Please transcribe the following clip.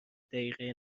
دقیقه